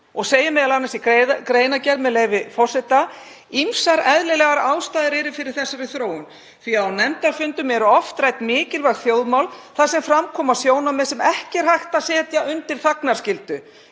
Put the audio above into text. Segir m.a. í greinargerð, með leyfi forseta: „Ýmsar eðlilegar ástæður eru fyrir þessari þróun því að á nefndarfundum eru oft rædd mikilvæg þjóðmál þar sem fram koma sjónarmið sem ekki er hægt að setja undir þagnarskyldu